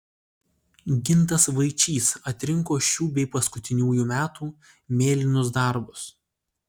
gintas vaičys atrinko šių bei paskutiniųjų metų mėlynus darbus